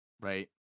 right